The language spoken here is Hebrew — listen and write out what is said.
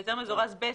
בהיתר מזורז ב',